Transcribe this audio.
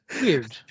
Weird